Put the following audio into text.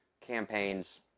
campaigns